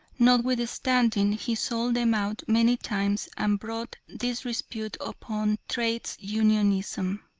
notwithstanding he sold them out many times and brought disrepute upon trades unionism.